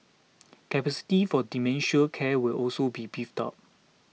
capacity for dementia care will also be beefed up